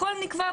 הכל נקבע,